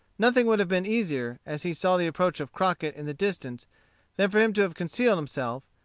nothing would have been easier, as he saw the approach of crockett in the distance than for him to have concealed himself,